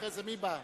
ואחרי זה מי בא?